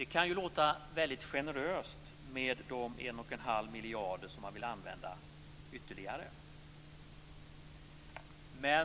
Det kan låta generöst med de 1 1⁄2 miljarder ytterligare de vill använda.